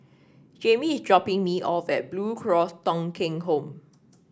Jayme is dropping me off at Blue Cross Thong Kheng Home